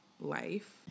life